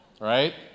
right